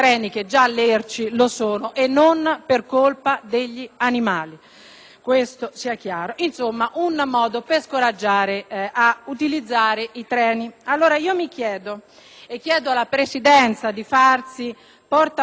Questo sia chiaro. Insomma, un modo per scoraggiare ad utilizzare i treni. Mi domando - e chiedo alla Presidenza di farsi portavoce presso il Governo e di informare il Parlamento